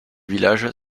village